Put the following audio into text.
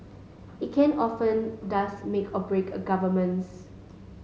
it can often does make or break governments